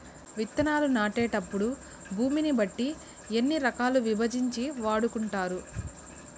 విత్తనాలు నాటేటప్పుడు భూమిని బట్టి ఎన్ని రకాలుగా విభజించి వాడుకుంటారు?